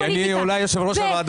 אולי כי אני יושב-ראש הוועדה.